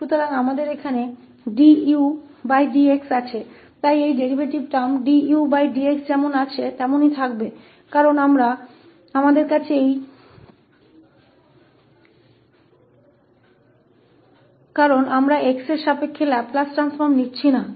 तो यहाँ हमारे पास dUdx है इसलिए यह डेरीवेटिव पद dUdx यथावत रहेगा क्योंकि हम ऐसा नहीं कर रहे हैं या हम x के संबंध में लाप्लास ट्रांसफॉर्म नहीं ले रहे हैं